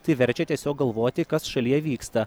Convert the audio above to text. tai verčia tiesiog galvoti kas šalyje vyksta